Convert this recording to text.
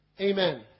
amen